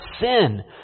sin